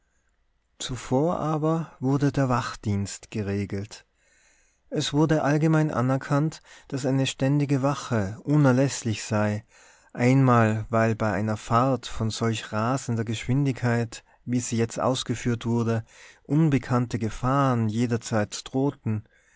zuvor aber wurde der wachdienst geregelt es wurde allgemein anerkannt daß eine ständige wache unerläßlich sei einmal weil bei einer fahrt von solch rasender geschwindigkeit wie sie jetzt ausgeführt wurde unbekannte gefahren jederzeit drohten